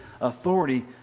authority